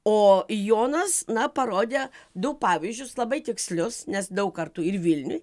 o jonas na parodė du pavyzdžius labai tikslius nes daug kartų ir vilniuj